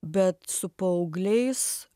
bet su paaugliais